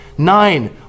Nine